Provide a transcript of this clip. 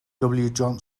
johnson